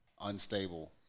unstable